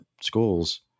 schools